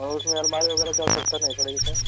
और उसमें अलमारी वगेरह की आवश्यकता नहीं पड़ेगी सर